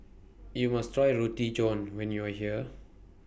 YOU must Try Roti John when YOU Are here